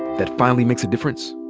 that finally makes a difference?